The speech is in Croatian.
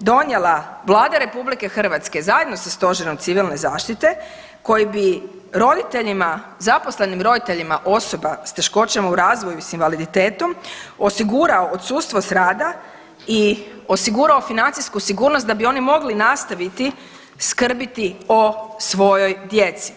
donijela Vlada RH zajedno sa stožerom Civilne zaštite koji bi roditeljima, zaposlenim roditeljima osoba sa teškoćama u razvoju i s invaliditetom osigurao odsustvo sa rada i osigurao financijsku sigurnost da bi oni mogli nastaviti skrbiti o svojoj djeci.